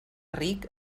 ric